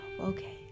okay